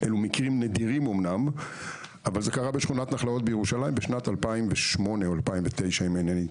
זה קרה בשכונת נחלאות בירושלים בשנת 2008 או 2009. אלה מקרים נדירים.